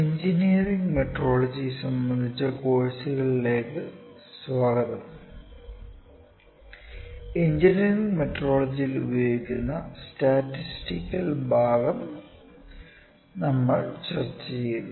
engineering metrology സംബന്ധിച്ച കോഴ്സിലേക്ക് സ്വാഗതം എഞ്ചിനീയറിംഗ് മെട്രോളജിയിൽ ഉപയോഗിക്കുന്ന സ്റ്റാറ്റിസ്റ്റിക്കൽ ഭാഗം നമ്മൾ ചർച്ചചെയ്തു